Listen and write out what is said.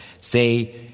Say